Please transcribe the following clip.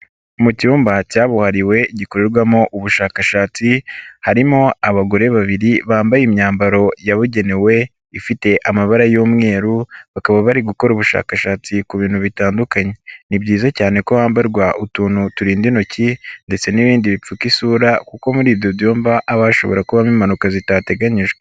Mu cyumba cyabuhariwe gikorerwamo ubushakashati, harimo abagore babiri, bambaye imyambaro yabugenewe, ifite amabara y'umweru, bakaba bari gukora ubushakashatsi ku bintu bitandukanye, ni byiza cyane ko hambarwa utuntu turinda intoki ndetse n'ibindi bipfuka isura kuko muri ibyo byumba, haba hashobora kubamo impanuka zitateganyijwe.